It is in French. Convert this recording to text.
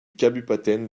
kabupaten